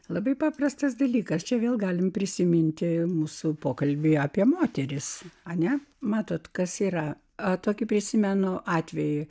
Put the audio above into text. labai paprastas dalykas čia vėl galime prisiminti mūsų pokalbį apie moteris ane matote kas yra atoki prisimenu atvejį